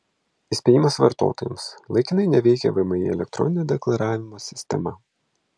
įspėjimas vartotojams laikinai neveikia vmi elektroninio deklaravimo sistema